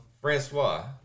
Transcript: Francois